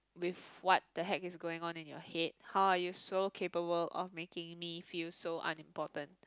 with what the heck is going on in your head how are you so capable of making me feel so unimportant